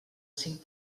cinc